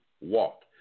walk